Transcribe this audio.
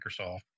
Microsoft